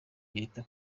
leta